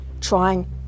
trying